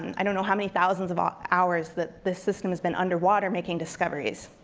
i don't know how many thousands of ah hours that this system has been underwater making discoveries.